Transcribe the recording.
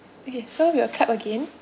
okay so we'll clap again